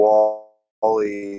Wally